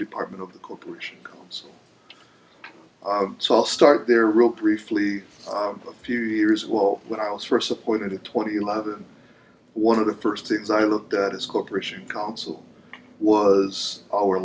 department of the corporation comes so i'll start there wrote briefly a few years well when i was first appointed to twenty eleven one of the first things i looked at is corporation council was our